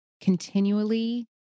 continually